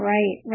Right